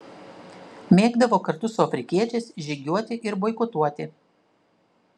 mėgdavo kartu su afrikiečiais žygiuoti ir boikotuoti